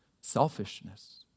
selfishness